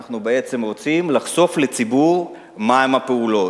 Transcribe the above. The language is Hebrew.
אנחנו בעצם רוצים לחשוף לציבור מהן הפעולות.